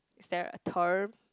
is there a term